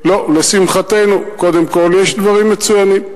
לא, לשמחתנו קודם כול, יש דברים מצוינים.